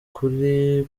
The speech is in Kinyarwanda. ukuri